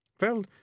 Well